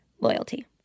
loyalty